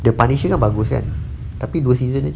the punisher kan bagus kan tapi versi dia